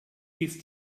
ist